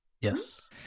Yes